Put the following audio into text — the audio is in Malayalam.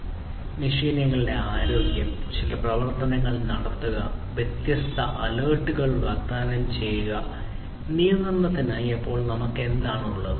അതിനാൽ മെഷീനുകളുടെ ആരോഗ്യം ചില പ്രവർത്തനങ്ങൾ നടത്തുക വ്യത്യസ്ത അലേർട്ടുകൾ വാഗ്ദാനം ചെയ്യുക അപ്പോൾ നിയന്ത്രണത്തിനായി നമുക്ക് എന്താണുള്ളത്